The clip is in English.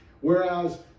Whereas